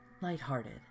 lighthearted